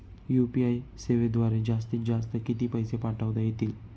UPI सेवेद्वारे जास्तीत जास्त किती पैसे पाठवता येतील?